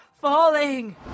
falling